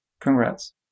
congrats